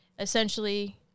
Essentially